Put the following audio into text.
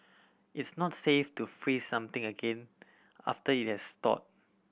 it's not safe to freeze something again after it has thawed